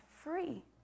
free